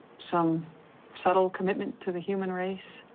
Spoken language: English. some subtle commitment to the human race?